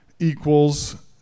equals